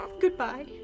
Goodbye